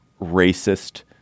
racist